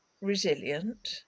resilient